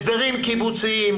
הסדרים קיבוציים,